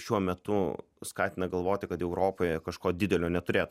šiuo metu skatina galvoti kad europoje kažko didelio neturėtų